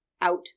out